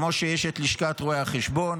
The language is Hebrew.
כמו שיש את לשכת רואי החשבון,